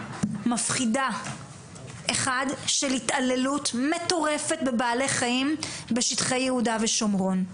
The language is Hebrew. מפחידה של התעללות מטורפת בבעלי חיים בשטחי יהודה ושומרון.